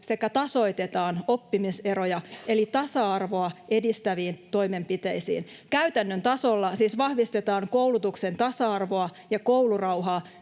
sekä tasoittamaan oppimiseroja eli tasa-arvoa edistäviin toimenpiteisiin. Käytännön tasolla siis vahvistetaan koulutuksen tasa-arvoa ja koulurauhaa